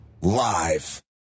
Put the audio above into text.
live